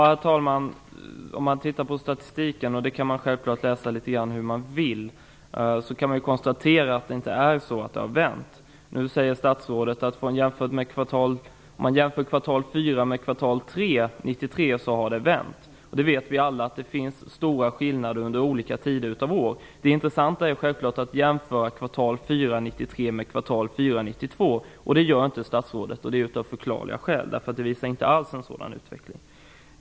Herr talman! Statistiken kan man självfallet läsa litet som man vill. Man kan konstatera att utvecklingen inte har vänt. Statsrådet säger att det om man jämför kvartal fyra 1993 med kvartal tre 1993 har vänt. Vi vet alla att det finns stora skillnader under olika tider av året. Det intressanta är självfallet att jämföra kvartal fyra 1993 med kvartal fyra 1992. Det gör inte statsrådet, av förklarliga skäl. En sådan jämförelse visar nämligen inte alls en sådan utveckling.